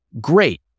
great